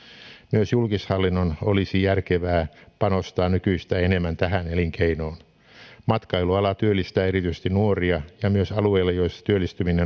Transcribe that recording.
myös julkishallinnon olisi järkevää panostaa nykyistä enemmän tähän elinkeinoon matkailuala työllistää erityisesti nuoria ja myös alueilla joilla työllistyminen